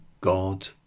God